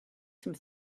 some